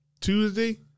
Tuesday